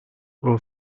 grow